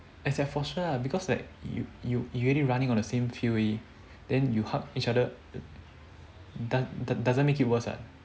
is like for sure ah because like you you you already running on the same field already then you hug each other do~ do~ doesn't make it worse ah